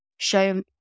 Show